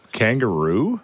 kangaroo